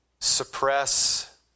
suppress